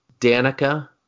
Danica